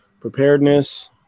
preparedness